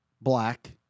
black